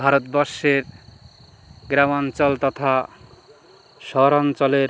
ভারতবর্ষের গ্রাম অঞ্চল তথা শহর অঞ্চলের